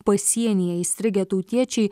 pasienyje įstrigę tautiečiai